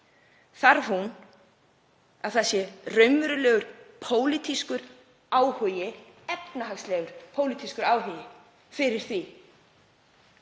að halda að það sé raunverulegur pólitískur áhugi, efnahagslegur pólitískur áhugi fyrir því